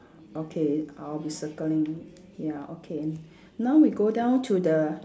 okay I'll be circling ya okay now we go down to the